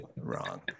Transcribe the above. wrong